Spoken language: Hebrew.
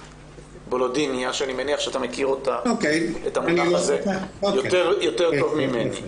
שאני מניח שאתה מכיר את המונח הזה יותר טוב ממני.